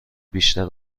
بیشتر